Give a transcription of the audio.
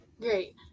Great